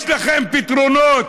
יש לכם פתרונות,